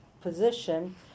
position